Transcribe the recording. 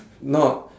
not